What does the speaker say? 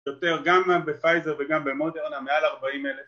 יותר, גם בפייזר וגם במודרנה מעל 40 אלף